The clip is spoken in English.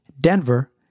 Denver